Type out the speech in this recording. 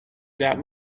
that